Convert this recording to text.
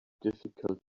difficult